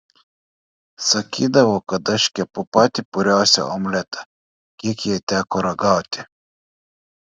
sakydavo kad aš kepu patį puriausią omletą kiek jai teko ragauti